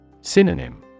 Synonym